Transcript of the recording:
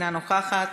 אינה נוכחת.